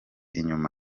inyuma